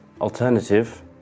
alternative